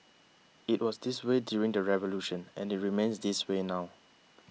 it was this way during the revolution and it remains this way now